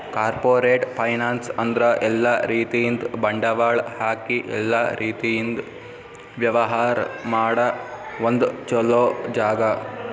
corporate finance ಅಂದ್ರ ಎಲ್ಲಾ ರೀತಿಯಿಂದ್ ಬಂಡವಾಳ್ ಹಾಕಿ ಎಲ್ಲಾ ರೀತಿಯಿಂದ್ ವ್ಯವಹಾರ್ ಮಾಡ ಒಂದ್ ಚೊಲೋ ಜಾಗ